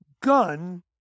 gun